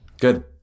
Good